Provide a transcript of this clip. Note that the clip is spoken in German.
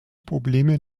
probleme